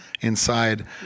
inside